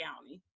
county